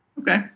Okay